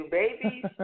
babies